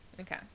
Okay